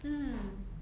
hmm